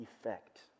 effect